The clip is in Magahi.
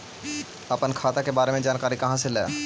अपन खाता के बारे मे जानकारी कहा से ल?